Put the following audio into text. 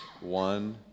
one